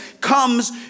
comes